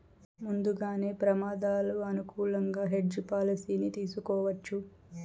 ముందుగానే ప్రమాదాలు అనుకూలంగా హెడ్జ్ పాలసీని తీసుకోవచ్చు